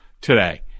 today